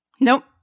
Nope